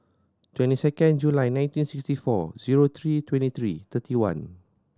twenty second July nineteen sixty four zero three twenty three thirty one